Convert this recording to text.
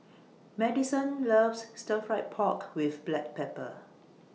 Madyson loves Stir Fried Pork with Black Pepper